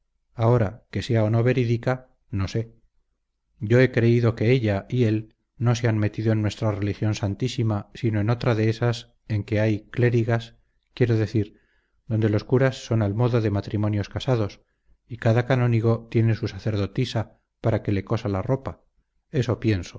ahora que sea o no verídica no sé yo he creído que ella y él no se han metido en nuestra religión santísima sino en otra de esas en que hay clérigas quiero decir donde los curas son al modo de matrimonios casados y cada canónigo tiene su sacerdotisa para que le cosa la ropa eso pienso